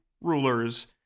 rulers